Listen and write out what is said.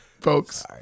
folks